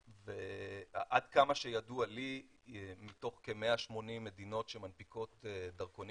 עד כמה שידוע לי מתוך כ-180 מדינות שמנפיקות דרכונים